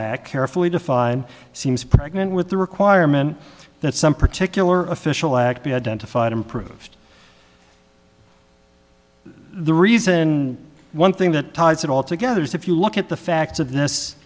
act carefully defined seems pregnant with the requirement that some particular official act be identified improved the reason one thing that ties it all together is if you look at the facts of this